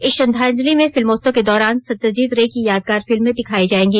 इस श्रद्वांजलि में फिल्मोत्सव के दौरान सत्यजित रे की यादगार फिल्में दिखाई जाएगी